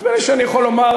נדמה לי שאני יכול לומר.